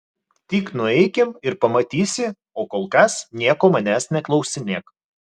tik nueikim ir pamatysi o kol kas nieko manęs neklausinėk